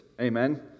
Amen